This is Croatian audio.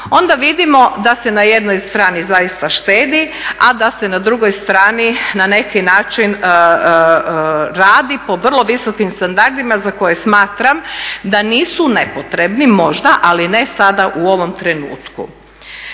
onda vidimo da se na jednoj strani zaista štedi a da se na drugoj strani na neki način radi po vrlo visokim standardima za koje smatram da nisu nepotrebni, možda ali ne sada u ovom trenutku.